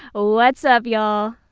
what's up, y'all?